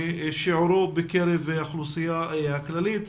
משיעורו בקרב האוכלוסייה הכללית.